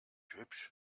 hübsch